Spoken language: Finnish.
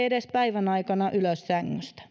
edes päivän aikana ylös sängystä